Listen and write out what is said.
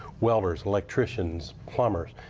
welders, electricians, plumbers.